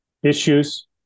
issues